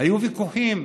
היו ויכוחים,